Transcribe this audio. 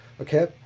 okay